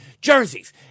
jerseys